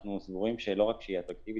אנחנו סבורים שלא רק שהיא אטרקטיבית,